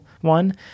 one